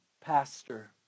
pastor